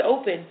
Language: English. open